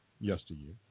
yesteryear